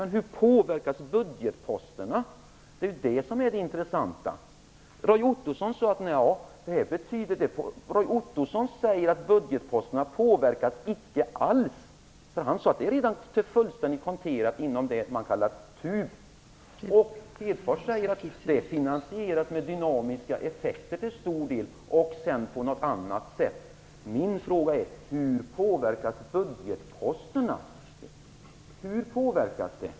Men hur påverkas budgetposterna? Det är ju det som är det intressanta. Roy Ottosson sade att budgetposterna icke alls påverkades. Det var redan fullständigt konterat inom det som kallas TUB. Lars Hedfors sade att det finansieras till stor del med dynamiska effekter och sedan på något annat sätt. Mina frågor är då: Hur påverkas budgetposterna?